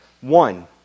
One